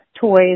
toys